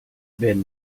werden